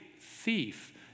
thief